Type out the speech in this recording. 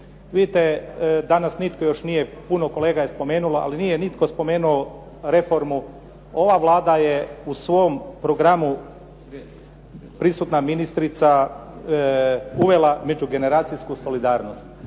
Vidite, danas nitko još nije, puno kolega je spomenulo, ali nije nitko spomenuo reformu. Ova Vlada je u svom programu, prisutna ministrica uvela međugeneracijsku solidarnost.